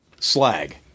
Slag